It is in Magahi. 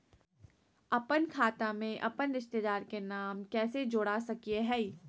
अपन खाता में अपन रिश्तेदार के नाम कैसे जोड़ा सकिए हई?